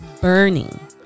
burning